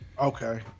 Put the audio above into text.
okay